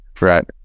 right